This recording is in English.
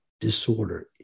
disorder